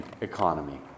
economy